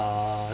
uh